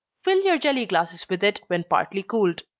fill your jelly glasses with it when partly cooled.